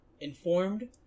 informed